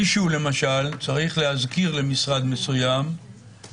מישהו הולך לקבוע פה מועדים?